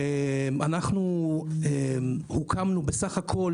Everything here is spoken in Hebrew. אנו הוקמנו בסך הכול